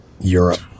Europe